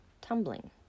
tumbling